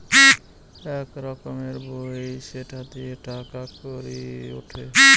এক রকমের বই সেটা দিয়ে টাকা কড়ি উঠে